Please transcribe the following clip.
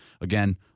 Again